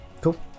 Cool